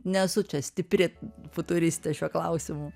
nesu čia stipri futuristė šiuo klausimu